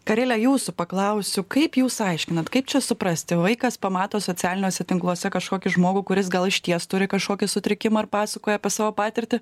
karele jūsų paklausiu kaip jūs aiškinat kaip čia suprasti vaikas pamato socialiniuose tinkluose kažkokį žmogų kuris gal išties turi kažkokį sutrikimą ar pasakoja apie savo patirtį